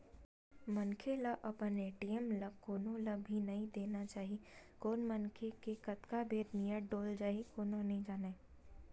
मनखे ल अपन ए.टी.एम ल कोनो ल भी नइ देना चाही कोन मनखे के कतका बेर नियत डोल जाही कोनो नइ जानय